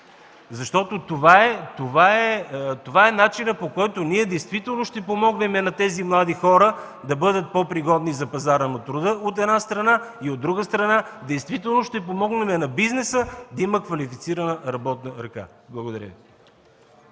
ГЕРБ.) Това е начинът, по който действително ще помогнем на тези млади хора да бъдат по-пригодни за пазара на труда, от една страна, и, от друга страна, действително ще помогнем на бизнеса да има квалифицирана работна ръка. Благодаря.